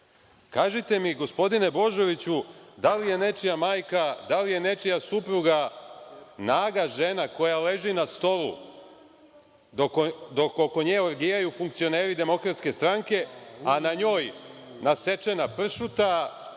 Kažite mi, gospodine Božoviću, da li je nečija majka, da li je nečija supruga naga žena koja leži na stolu dok oko nje orgijaju funkcioneri Demokratske stranke, a na njoj nasečena pršuta,